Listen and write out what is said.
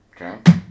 Okay